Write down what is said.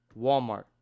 Walmart